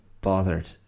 bothered